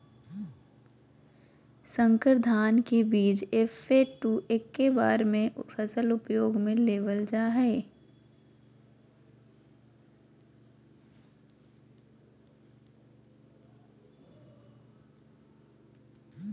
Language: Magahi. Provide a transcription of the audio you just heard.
संकर धान के बीज एफ.टू एक्के बार ही फसल उपयोग में लेवल जा हइ